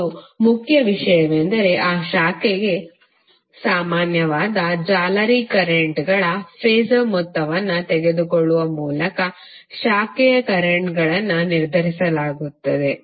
ಮತ್ತು ಮುಖ್ಯ ವಿಷಯವೆಂದರೆ ಆ ಶಾಖೆಗೆ ಸಾಮಾನ್ಯವಾದ ಜಾಲರಿ ಕರೆಂಟ್ಗಳ ಫಾಸರ್ ಮೊತ್ತವನ್ನು ತೆಗೆದುಕೊಳ್ಳುವ ಮೂಲಕ ಶಾಖೆಯ ಕರೆಂಟ್ಗಳನ್ನು ನಿರ್ಧರಿಸಲಾಗುತ್ತದೆ